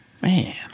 Man